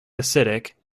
acidic